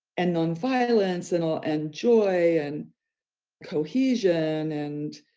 and nonviolence and all and joy and cohesion. and,